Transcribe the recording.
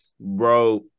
bro